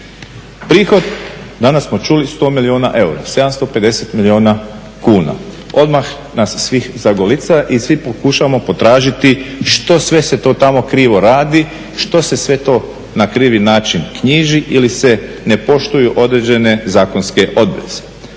Prihod, danas smo čuli 100 milijuna eura, 750 milijuna kuna. odmah nas svih zagolica i svi pokušavamo tražiti što sve to tamo krivo radi, što se sve to na krivi način knjiži ili se ne poštuju određene zakonske obveze.